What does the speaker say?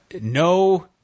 no